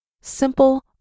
Simple